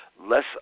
less